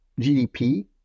GDP